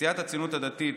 סיעת הציונות הדתית,